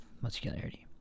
muscularity